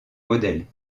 modèles